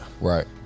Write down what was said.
Right